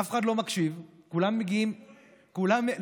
אף אחד לא מקשיב, שמעת סיפורים.